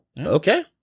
Okay